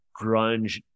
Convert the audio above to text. grunge